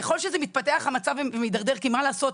ככל שזה מתפתח המצב מדרדר, כי מה לעשות?